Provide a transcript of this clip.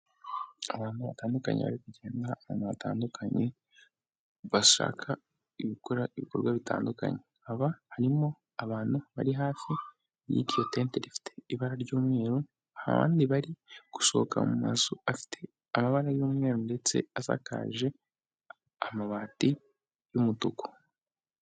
Abantu batandukanye bari kugenda ahantu hatandukanye bashaka gukora ibikorwa bitandukanye, haba harimo abantu bari hafi y'ikiyotente gifite ibara ry'umweru abandi bari gusohoka mu mazu amabara y'umweru ndetse asakaje amabati y'umutuku.